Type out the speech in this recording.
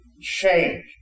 change